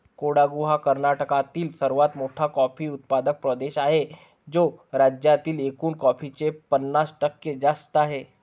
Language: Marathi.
कोडागु हा कर्नाटकातील सर्वात मोठा कॉफी उत्पादक प्रदेश आहे, जो राज्यातील एकूण कॉफीचे पन्नास टक्के जास्त आहे